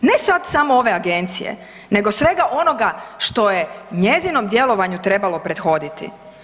Ne sad samo ove agencije, nego svega onoga što je njezinom djelovanju trebalo prethoditi.